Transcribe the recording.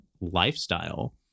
lifestyle